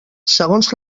segons